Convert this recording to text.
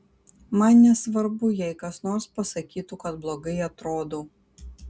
man nesvarbu jei kas nors pasakytų kad blogai atrodau